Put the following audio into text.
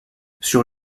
sur